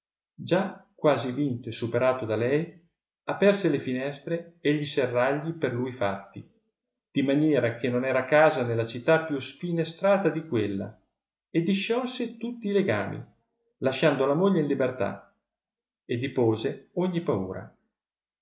già quasi vinto e superato da lei aperse le finestre e gli serragli per lui fatti di maniera che non era casa nella città più sfinestrata ili quella e disciolse tutti i legami lasciando la moglie in libertà e dipose ogni paura